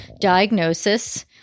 diagnosis